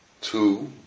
Two